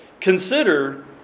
Consider